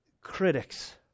critics